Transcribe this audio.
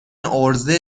عرضه